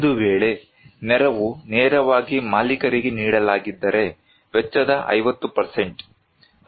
ಒಂದು ವೇಳೆ ನೆರವು ನೇರವಾಗಿ ಮಾಲೀಕರಿಗೆ ನೀಡಲಾಗಿದ್ದರೆ ವೆಚ್ಚದ 50